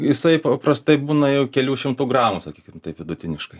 jisai paprastai būna jau kelių šimtų gramų sakykim taip vidutiniškai